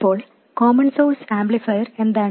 ഇപ്പോൾ common source amplifier എന്താണ്